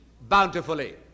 bountifully